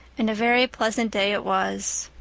and a very pleasant day it was.